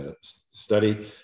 study